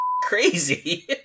crazy